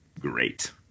great